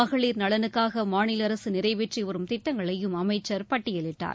மகளிர் நலனுக்காக மாநில அரசு நிறைவேற்றி வரும் திட்டங்களையும் அமைச்சர் பட்டியலிட்டார்